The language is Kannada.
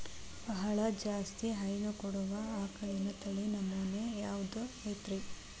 ಬಹಳ ಜಾಸ್ತಿ ಹೈನು ಕೊಡುವ ಆಕಳಿನ ತಳಿ ನಮೂನೆ ಯಾವ್ದ ಐತ್ರಿ?